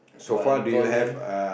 but golden